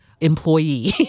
employee